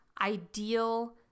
ideal